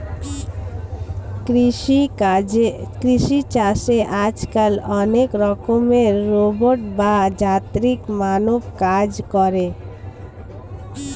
কৃষি চাষে আজকাল অনেক রকমের রোবট বা যান্ত্রিক মানব কাজ করে